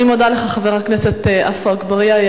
אני מודה לך, חבר הכנסת עפו אגבאריה.